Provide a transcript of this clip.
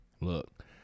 look